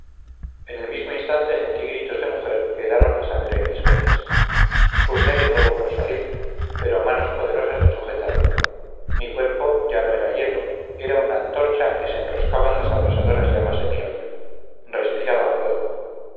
en el mismo instante sentí gritos de mujer que helaron la sangre en mis venas pugné de nuevo por salir pero manos poderosas me sujetaron mi cuerpo ya no era hielo era una antorcha en que se enroscaban las abrasadoras llamas de mi odio respiraba fuego